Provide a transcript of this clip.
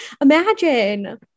imagine